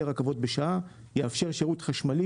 רכבות בשעה; הוא יאפשר שירות חשמלי,